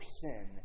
sin